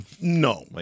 No